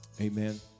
Amen